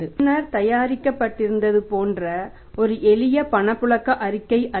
முன்னர் தயாரிக்கப்பட்டிருந்தது போன்ற ஒரு எளிய பணப்புழக்க அறிக்கையைப் அல்ல